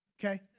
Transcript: okay